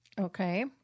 Okay